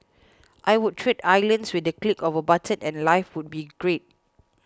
I would trade islands with the click of a button and life would be great